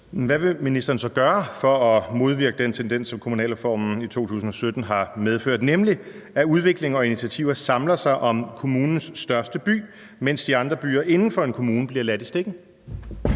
Hvad vil ministeren gøre for at modvirke den tendens, som kommunalreformen i 2007 har medført, nemlig at udvikling og initiativer samler sig om kommunens største by, mens de mindre byer inden for en kommune bliver ladt i stikken?